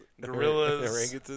gorillas